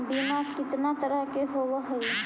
बीमा कितना तरह के होव हइ?